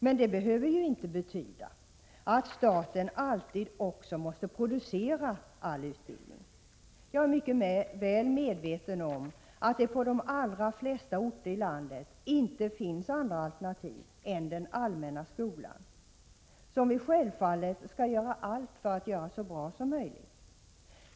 Men det behöver inte betyda att staten också måste producera all utbildning. Jag är mycket väl medveten om att det på de allra flesta orter i landet inte finns andra alternativ än den allmänna skolan, som vi självfallet skall göra allt för att få så bra som möjligt.